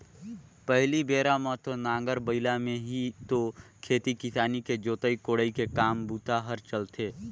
पहिली बेरा म तो नांगर बइला में ही तो खेती किसानी के जोतई कोड़ई के काम बूता हर चलथे